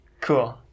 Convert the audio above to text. cool